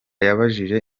yabajije